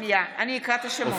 סמי אבו שחאדה,